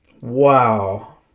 Wow